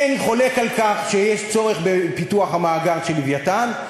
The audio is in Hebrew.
אין חולק על כך שיש צורך בפיתוח המאגר של "לווייתן",